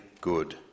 good